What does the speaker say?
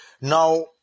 Now